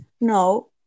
No